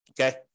Okay